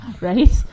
Right